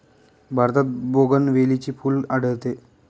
भारतात बोगनवेलीचे फूल आढळते